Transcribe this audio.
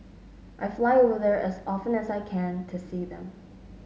I fly over there as often as I can to see them